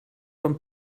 von